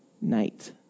night